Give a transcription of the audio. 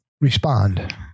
respond